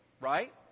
Right